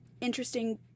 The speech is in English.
interesting